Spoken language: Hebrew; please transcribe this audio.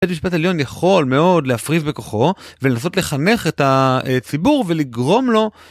בית משפט עליון יכול מאוד להפריז בכוחו ולנסות לחנך את הציבור ולגרום לו.